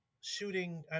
shooting